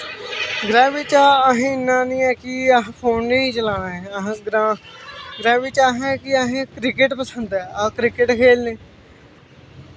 ग्राएं बिच्च असैं इन्ना नी है कि असैं फोन नेंई चलाना अस ग्रांऽ ग्राएं बिच्च असैं कि असैं क्रिकेट पसंद ऐ अस क्रिकेट खेलने